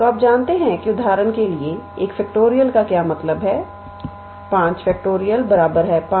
तो आप जानते हैं कि उदाहरण के लिए एक फैक्टोरियल का क्या मतलब है 5